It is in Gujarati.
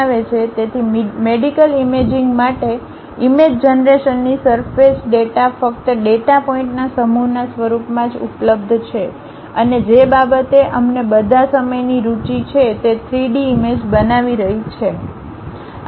તેથી મેડિકલ ઇમેજિંગ માટે ઇમેજ જનરેશનની સરફેસ ડેટા ફક્ત ડેટા પોઇન્ટના સમૂહના સ્વરૂપમાં જ ઉપલબ્ધ છે અને જે બાબતે અમને બધા સમયની રુચિ છે તે 3 D ઇમેજ બનાવી રહી છે